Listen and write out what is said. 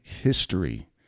history